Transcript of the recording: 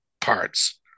parts